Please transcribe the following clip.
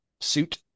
suit